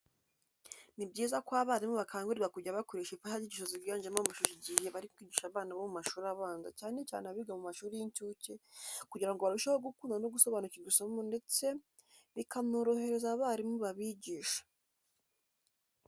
Ni byiza ko abarimu bakangurirwa kujya bakoresha imfashanyigisho ziganjemo amashusho igihe bari kwigisha abana bo mu mashuri abanza cyane cyane abiga mu mashuri y'incuke kugira ngo barusheho gukunda no gusobanukirwa isomo ndetse bikanorohereza abarimu babigisha.